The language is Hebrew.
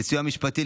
לסיוע המשפטי,